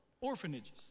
Orphanages